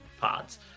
pods